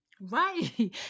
Right